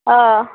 अ